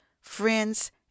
friends